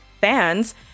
fans